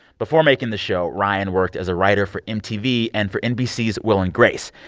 before making the show, ryan worked as a writer for mtv and for nbc's will and grace.